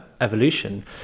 evolution